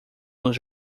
nos